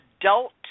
adult